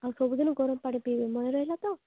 ଆଉ ସବୁଦିନ ଗରମ ପାଣି ପିଇବେ ମନେ ରହିଲା ତ